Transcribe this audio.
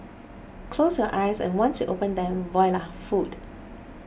close your eyes and once you open them voila food